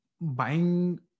buying